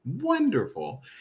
Wonderful